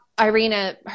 Irina